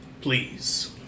please